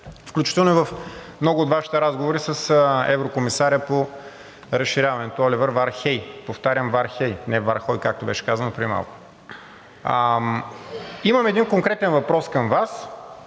включително в много от Вашите разговори с еврокомисаря по разширяването Оливер Вархеи. Повтарям Вархеи, а не Вархои, както беше казано преди малко. Имам конкретен въпрос към Вас